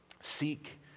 Seek